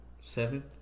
Seven